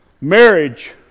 Marriage